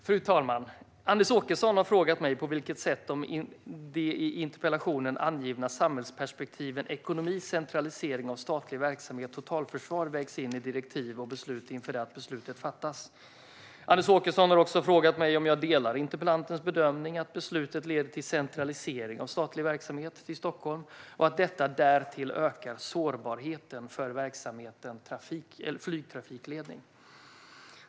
Fru talman! Anders Åkesson har frågat mig på vilket sätt de i interpellationen angivna samhällsperspektiven ekonomi totalförsvar vägts in i direktiv och beslut inför det att beslutet fattats. Anders Åkesson har också frågat mig om jag delar interpellantens bedömning att beslutet leder till centralisering av statlig verksamhet till Stockholm och att detta därtill ökar sårbarheten för verksamheten flygtrafikledning.